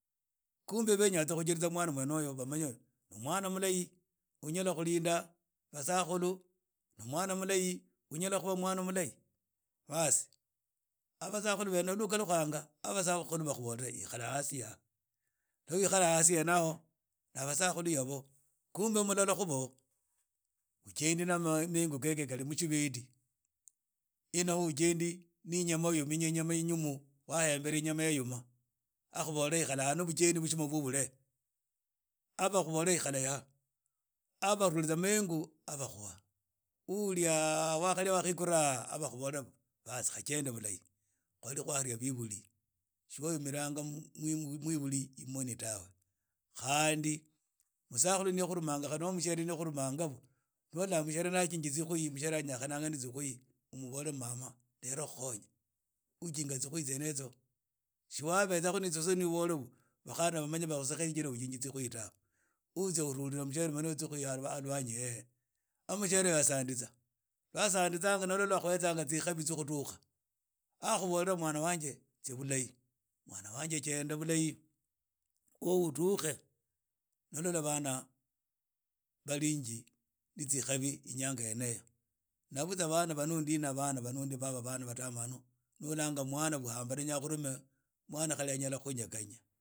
Kumbe benya tsa khujeriza mwana wne uyo balole no mwana mulahi onyala khulinda basakhulu no mwan mulahi unyala khuba mwana mulahi aah ukhalukhanga basakhulu bakhubole ikhala hasi aha no wikhala hasi aho na basakhulu bene abo kumbe mulala khu bo uchendi na mengu kekhe khali mushibeti na undi ujendi ne inyama wominye inyama indinyu wayembera inyama yayuma akhobola ikhala hano no bujeni bwo buchima bwo bure aah bakhubole ikhala yha aah barwitsa mengu aah bakhuha o- ouriaaaa wakharia wakhekhurhaaa aaah wakhubole kha chende bulahi kwali khwalia beburi tsikhwaymiranga mwburi imoni tawe khandi msakhulu ni wa khurumanga anoho muhsiere ni wakhurumanga nola mushiere naginji tsikhoi nanyakhananga ne tsikhoi obole mama rerha khukhonye uujinga tskhui tseene itso tsi wabeza khu na tsisoni ubole bakhana baseka baole ujinji tsikhoi tawe utsia urhula mukhere tsikhoi ha lwanyi hehe aagh mushiere asanditsa lwa asanditsanga nil wo akhuhetsanga tsikhavi tsyo khudukha aagh akhobola mwan wange tsia bulahi mwana wange chenda bulahi kho udukhe na ulola bana khali ni tsingavi tasinyshi ininga yene eyo na butswa ban aba nu ndina bana badamanu ni olanga mwana wenya umrhue mwan khali anayala khunyeganya.